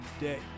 day